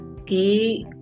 Okay